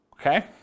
Okay